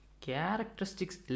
Characteristics